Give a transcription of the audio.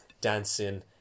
dancing